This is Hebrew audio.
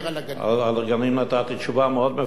על הגנים נתתי תשובה מאוד מפורטת.